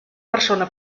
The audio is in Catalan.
persona